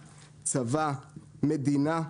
צבא, מדינה,